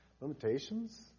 limitations